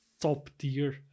top-tier